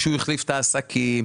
הוא החליף את העסקים,